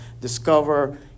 discover